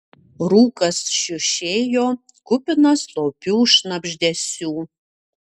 rūkas šiušėjo kupinas slopių šnabždesių